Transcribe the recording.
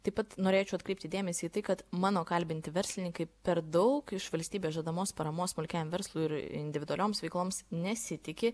taip pat norėčiau atkreipti dėmesį į tai kad mano kalbinti verslininkai per daug iš valstybės žadamos paramos smulkiam verslui ir individualioms veikloms nesitiki